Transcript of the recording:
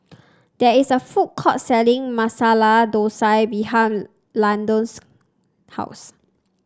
there is a food court selling Masala Dosa behind Lyndon's house